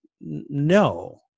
no